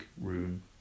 room